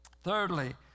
Thirdly